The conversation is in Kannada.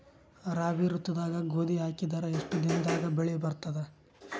ರಾಬಿ ಋತುದಾಗ ಗೋಧಿ ಹಾಕಿದರ ಎಷ್ಟ ದಿನದಾಗ ಬೆಳಿ ಬರತದ?